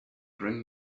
bring